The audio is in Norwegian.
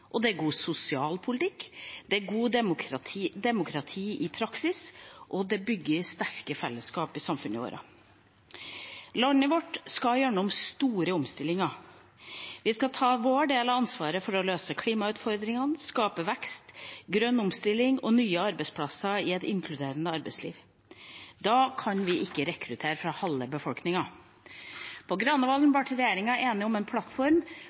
og det er god sosialpolitikk, det er godt demokrati i praksis – og det bygger sterke fellesskap i samfunnet vårt. Landet vårt skal gjennom store omstillinger. Vi skal ta vår del av ansvaret for å løse klimautfordringene og skape vekst, grønn omstilling og nye arbeidsplasser i et inkluderende arbeidsliv. Da kan vi ikke rekruttere fra halve befolkningen. På Granavolden ble regjeringa enig om en plattform